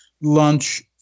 lunch